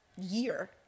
year